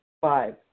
Five